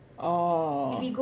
orh